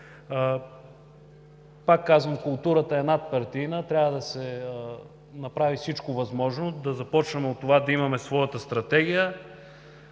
Пак казвам: културата е надпартийна. Трябва да направим всичко възможно да започнем от това – да имаме своя стратегия.